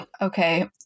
Okay